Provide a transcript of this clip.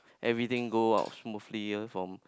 everything go out smoother from